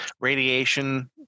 radiation